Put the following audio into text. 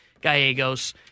Gallegos